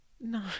No